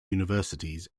universities